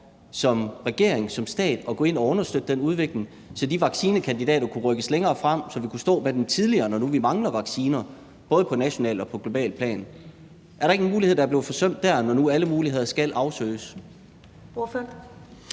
som regering, som stat at gå ind og understøtte den udvikling, så de vaccinekandidater kunne rykkes længere frem, så vi kunne stå med dem tidligere, når nu vi mangler vacciner, både på nationalt og på globalt plan? Er der ikke en mulighed, der er blevet forsømt dér, når nu alle muligheder skal afsøges?